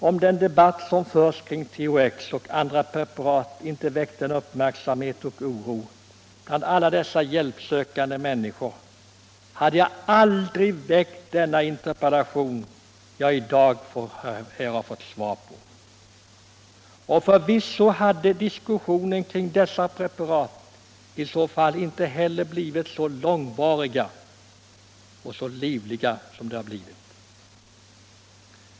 Om den debatt som förts kring THX och andra preparat inte väckt uppmärksamhet och oro bland alla dessa hjälpsökande människor hade jag aldrig framställt den interpellation jag i dag här har fått svar på. Och förvisso hade diskussionerna kring dessa preparat i så fall inte heller blivit så långvariga och livliga som de blivit.